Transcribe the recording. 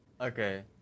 Okay